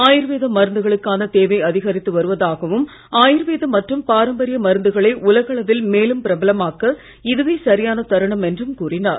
ஆயுர்வேத மருந்துகளுக்கான தேவை அதிகரித்து வருவதாகவும் ஆயுர்வேத மற்றும் பாரம்பரிய மருந்துகளை உலக அளவில் மேலும் பிரபலமாக்க இதுவே சரியான தருணம் என்றும் கூறினார்